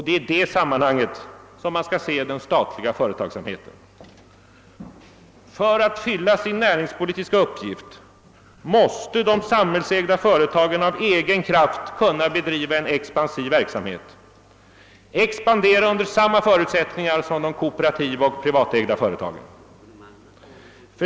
Det är i detta sammanhang man skall se den statliga företagsamheten. För att fylla sin näringspolitiska uppgift måste de samhällsägda företagen av egen kraft kunna bedriva en expansiv verksamhet, expandera under samma förutsättningar som de kooperativa och privatägda företagen.